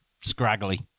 scraggly